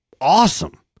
awesome